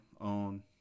on